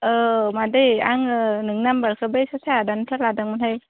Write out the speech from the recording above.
औ मादै आं नोंनि नाम्बारखौ बै सासे आदानिफ्राय लादोंमोनहाय